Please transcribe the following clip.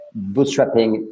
bootstrapping